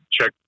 check